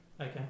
Okay